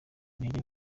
intege